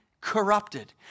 corrupted